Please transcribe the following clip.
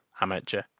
Amateur